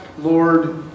Lord